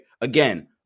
Again